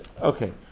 okay